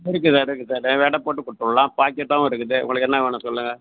இருக்கு சார் இருக்கு சார் எடை போட்டு கொடுத்துட்லாம் பாக்கெட்டாகவும் இருக்குது உங்களுக்கு என்ன வேணும் சொல்லுங்கள்